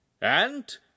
And